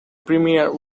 premiere